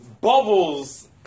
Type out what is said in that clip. bubbles